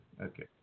Okay